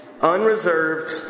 Unreserved